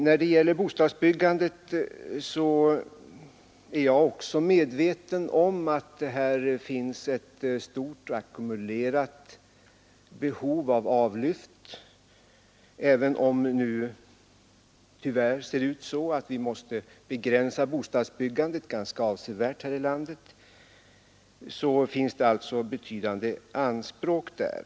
När det gäller bostadsbyggandet är jag också medveten om att det här finns ett stort ackumulerat behov av avlyft. Även om det nu tyvärr ser ut som om vi måste begränsa bostadsbyggandet ganska avsevärt här i landet, finns det alltså betydande anspråk där.